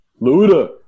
Luda